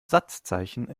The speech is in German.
satzzeichen